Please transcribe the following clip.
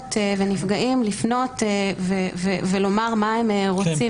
נפגעים ונפגעות לפנות ולומר מה הם רוצים